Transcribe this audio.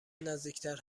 نزدیکتر